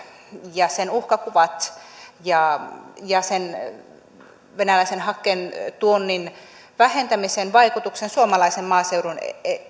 ja sen uhkakuvat ja venäläisen hakkeen tuonnin vähentämisen vaikutuksen suomalaisen maaseudun